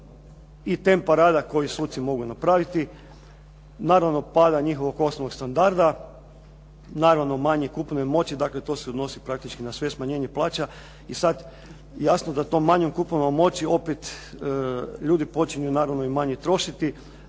i tempa rada koji suci mogu napraviti. Naravno pada njihovog osnovnog standarda, naravno manje kupovne moći. Dakle, to se odnosi praktički na sve smanjenje plaća. I sad jasno da tom manjom kupovnom moći opet ljudi počinju naravno i manje trošiti,